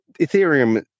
Ethereum